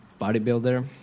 bodybuilder